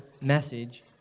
message